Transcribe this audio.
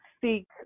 seek